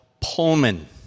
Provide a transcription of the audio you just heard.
Pullman